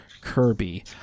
kirby